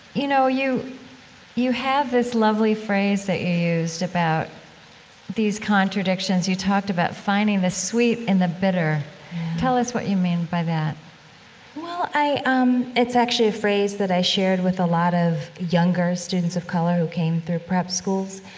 you know, you you have this lovely phrase that you used about these contradictions. you talked about finding the sweet in the bitter yeah tell us what you mean by that well, i, um, it's actually a phrase that i shared with a lot of younger students of color who came through prep schools.